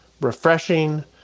refreshing